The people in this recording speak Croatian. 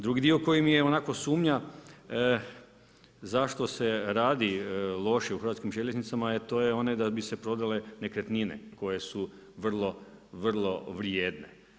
Drugi dio koji mi je onako sumnja zašto se radi loše u Hrvatskim željeznicama a to je ono da bi se prodale nekretnine koje su vrlo, vrlo vrijedne.